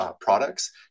products